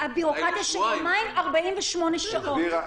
הביורוקרטיה של יומיים, 48 שעות.